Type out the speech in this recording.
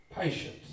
Patience